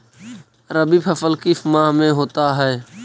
रवि फसल किस माह में होता है?